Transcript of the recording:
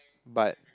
but